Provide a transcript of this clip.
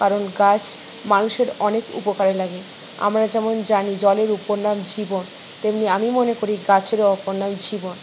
কারণ গাছ মানুষের অনেক উপকারে লাগে আমরা যেমন জানি জলের ওপর নাম জীবন তেমনি আমি মনে করি গাছেরও অপর নাম জীবন